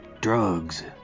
drugs